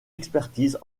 expertise